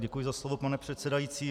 Děkuji za slovo, pane předsedající.